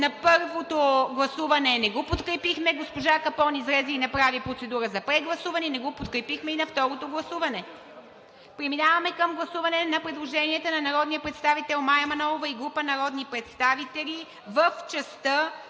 На първото гласуване не го подкрепихме, госпожа Капон излезе и направи процедура за прегласуване, и на второто гласуване не го подкрепихме. Преминаваме към гласуване на предложенията на народния представител Мая Манолова и група народни представители в частта: